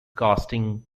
casting